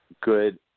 good